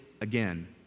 again